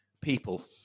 people